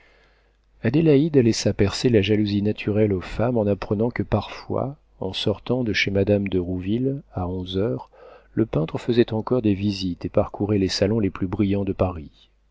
adélaïde laissa percer la jalousie naturelle aux femmes en apprenant que parfois en sortant de chez madame de rouville à onze heures le peintre faisait encore des visites et parcourait les salons les plus brillants de paris